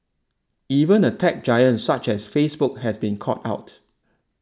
even a tech giant such as Facebook has been caught out